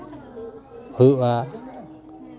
ᱦᱩᱭᱩᱜᱼᱟ